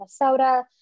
Minnesota